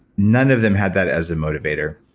none of them had that as a motivator.